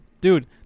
Dude